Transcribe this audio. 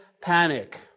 panic